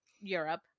Europe